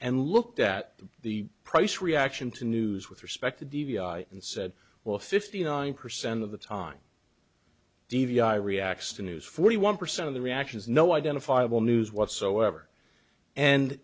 and looked at the price reaction to news with respect to d v r and said well fifty nine percent of the time d v r reacts to news forty one percent of the reactions no identifiable news whatsoever and